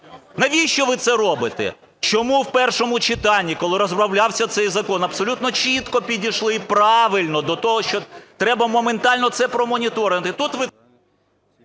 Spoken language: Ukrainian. Навіщо ви це робите? Чому в першому читанні, коли розглядався цей закон, абсолютно чітко підійшли і правильно до того, що треба моментально це промоніторити.